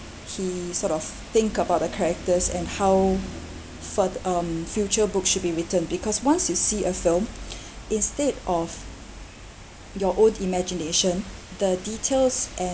he sort of think about the characters and how fur~ um future book should be written because once you see a film instead of your own imagination the details